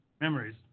memories